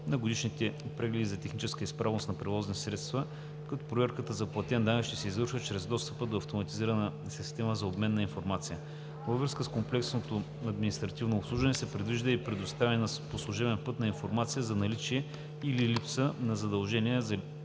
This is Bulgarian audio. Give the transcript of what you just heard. на годишните прегледи за техническа изправност на превозните средства, като проверката за платен данък ще се извършва чрез достъп до автоматизирана система за обмен на информация. Във връзка с комплексното административно обслужване се предвижда при предоставяне по служебен път на информация за наличие или липса на задължения на